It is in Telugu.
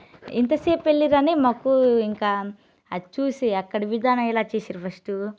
ఎంతసేపు వెళ్లి రాని మాకు ఇంకా అది చూసి అక్కడ విధానం ఎలా చేసిండ్రు ఫస్టు